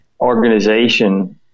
organization